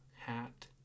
hat